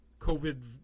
COVID